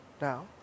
now